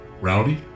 rowdy